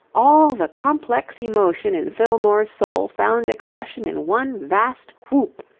all the complex emotion in fillmore's soul found expression in one vast whoop.